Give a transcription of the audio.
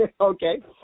Okay